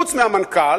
חוץ מהמנכ"ל,